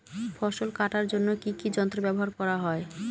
ফসল কাটার জন্য কি কি যন্ত্র ব্যাবহার করা হয়?